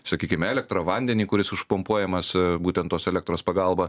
sakykim elektrą vandenį kuris išpumpuojamas būtent tos elektros pagalba